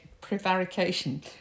prevarication